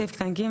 16. (ג)